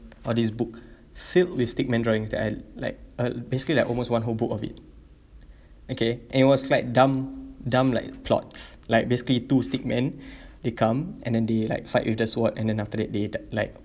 or this book filled with stickman drawing that I like uh basically like almost one whole book of it okay and it was like dumb dumb-like plots like basically two stickman they come and then they like fight with the sword and then after that di~ like